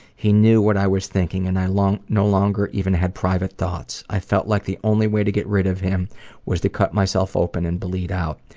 he knew what i was thinking and i no longer even had private thoughts. i felt like the only way to get rid of him was to cut myself open and bleed out.